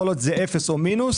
כל עוד זה אפס או מינוס,